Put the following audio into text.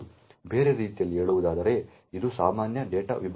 ಬೇರೆ ರೀತಿಯಲ್ಲಿ ಹೇಳುವುದಾದರೆ ಇದು ಸಾಮಾನ್ಯ ಡೇಟಾ ವಿಭಾಗವಾಗಿದೆ